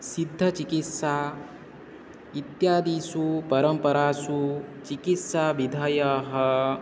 सिद्धचिकित्सा इत्यादीषु परम्परासु चिकित्साविधयः